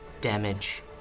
damage